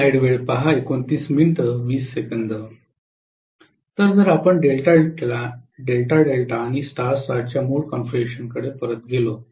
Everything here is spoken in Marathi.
तर जर आपण डेल्टा डेल्टा आणि स्टार स्टारच्या मूळ कॉन्फिगरेशनकडे परत गेलो